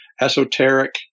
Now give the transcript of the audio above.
esoteric